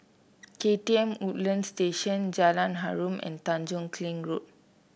K T M Woodlands Station Jalan Harum and Tanjong Kling Road